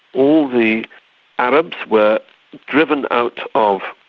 all the arabs were driven out of,